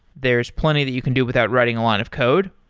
there's plenty that you can do without writing a lot of code,